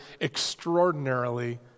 extraordinarily